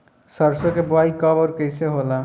सरसो के बोआई कब और कैसे होला?